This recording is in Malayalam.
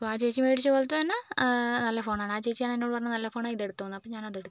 അപ്പോൾ ആ ചേച്ചി മേടിച്ചപോലത്തത് തന്നെ നല്ല ഫോണാണ് ആ ചേച്ചി ആണ് എന്നോട് പറഞ്ഞത് നല്ല ഫോണാ ഇത് എടുത്തോ എന്ന് അപ്പോൾ ഞാൻ അത് എടുത്തു